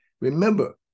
remember